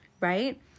right